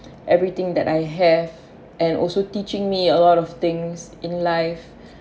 everything that I have and also teaching me a lot of things in life